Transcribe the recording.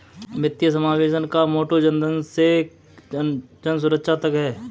वित्तीय समावेशन का मोटो जनधन से जनसुरक्षा तक है